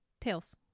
Tails